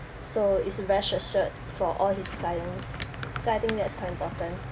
so is rest assured for all his clients so I think that's quite important